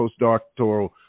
postdoctoral